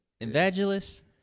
Evangelist